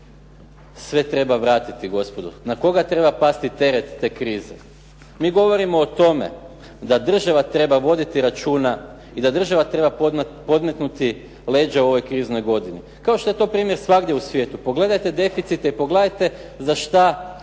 sve treba vratiti gospodo, na koga treba pasti teret te krize? Mi govorimo o tome da država treba voditi računa i da država treba podmetnuti leđa u ovoj kriznoj godini. Kao što je to primjer svagdje u svijetu, pogledajte deficite i pogledajte za šta